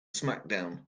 smackdown